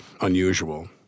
unusual—